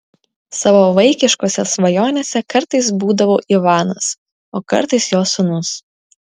savo vaikiškose svajonėse kartais būdavau ivanas o kartais jo sūnus